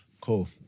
Cool